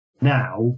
now